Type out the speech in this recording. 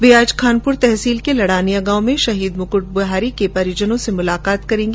वे आज खानपुर तहसील के लडानिया गांव में शहीद मुक्ट बिहारी के परिजनों से मुलाकात करेंगी